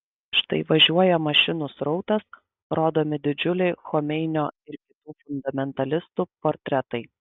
štai važiuoja mašinų srautas rodomi didžiuliai chomeinio ir kitų fundamentalistų portretai